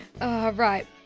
Right